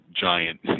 giant